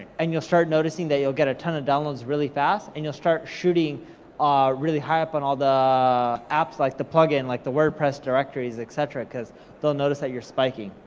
and you'll start noticing that you'll get a ton of downloads really fast, and you'll start shooting um really high up on all the apps, like the plugin, like the wordpress directories, et cetera, cause they'll notice that you're spiking.